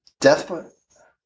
death